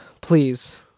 please